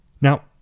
Now